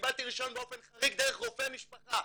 רישיון באופן חריג דרך רופא משפחה.